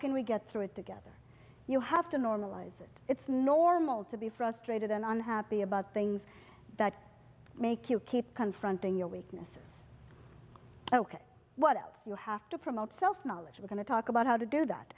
can we get through it together you have to normalize it it's normal to be frustrated and unhappy about things that make you keep confronting your weaknesses ok what else you have to promote self knowledge we're going to talk about how to do that